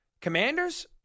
Commanders